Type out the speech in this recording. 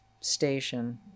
station